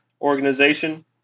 organization